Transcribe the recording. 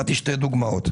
הצגתי שתי דוגמאות: